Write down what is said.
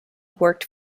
worked